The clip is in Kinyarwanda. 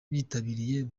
bitabiriye